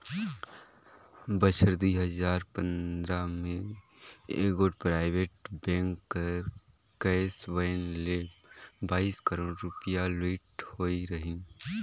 बछर दुई हजार पंदरा में एगोट पराइबेट बेंक कर कैस वैन ले बाइस करोड़ रूपिया लूइट होई रहिन